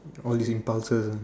all this impulses ah